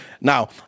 Now